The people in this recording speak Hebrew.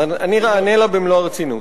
אענה עליה במלוא הרצינות.